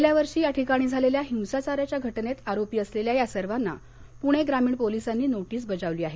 गेल्या वर्षी या ठिकाणी झालेल्या हिसाचाराच्या घटनेत आरोपी असलेल्या या सर्वांना पुणे ग्रामीण पोलिसांनी नोटीस बजावली आहे